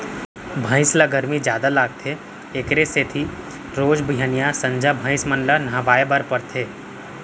भइंस ल गरमी जादा लागथे एकरे सेती रोज बिहनियॉं, संझा भइंस मन ल नहवाए बर परथे